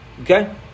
Okay